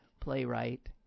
playwright